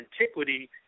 antiquity